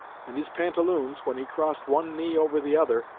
and his pantaloons, when he crossed one knee over the other,